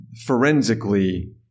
forensically